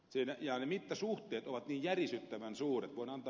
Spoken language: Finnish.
ja ne mittasuhteet ovat niin järisyttävän suuret